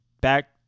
back